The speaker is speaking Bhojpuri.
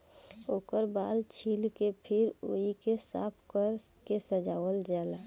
ओकर बाल छील के फिर ओइके साफ कर के सजावल जाला